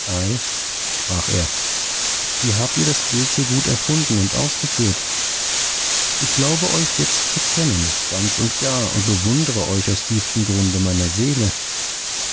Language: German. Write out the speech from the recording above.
sprach er wie habt ihr das bild so gut erfunden und ausgeführt ich glaube euch jetzt zu kennen ganz und gar und bewundere euch aus tiefstem grunde meiner seele